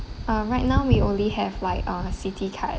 ah right now we only have like uh Citi card